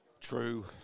True